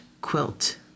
quilt